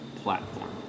platform